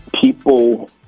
people